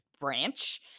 branch